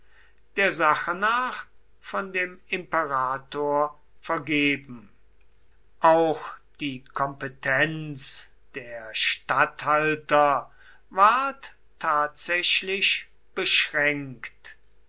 der sache nach von dem imperator vergeben auch die kompetenz der statthalter ward tatsächlich beschränkt